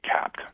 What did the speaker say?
capped